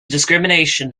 discrimination